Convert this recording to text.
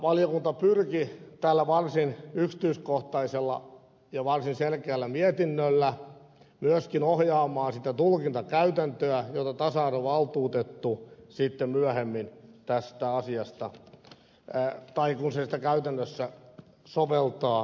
valiokunta pyrki tällä varsin yksityiskohtaisella ja varsin selkeällä mietinnöllä myöskin ohjaamaan sitä tulkintakäytäntöä jota tasa arvovaltuutettu sitten myöhemmin tästä asiasta käytännössä soveltaa